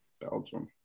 Belgium